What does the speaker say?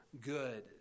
good